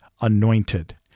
anointed